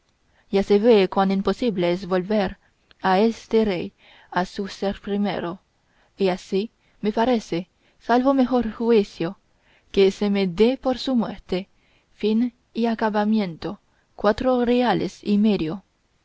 ya se vee cuán imposible es volver a este rey a su ser primero y así me parece salvo mejor juicio que se me dé por su muerte fin y acabamiento cuatro reales y medio